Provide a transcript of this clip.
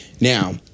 Now